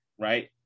right